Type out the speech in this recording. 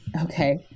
okay